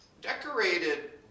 decorated